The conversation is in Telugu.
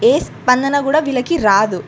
ఏ స్పందన కూడా వీళ్ళకి రాదు